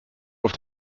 auf